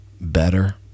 better